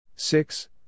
Six